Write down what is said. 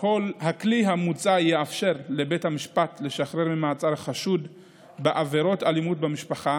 הכלי המוצע יאפשר לבית המשפט לשחרר ממעצר חשוד בעבירת אלימות במשפחה